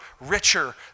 richer